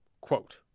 Quote